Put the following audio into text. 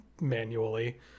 manually